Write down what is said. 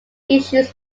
issues